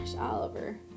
Oliver